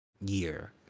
year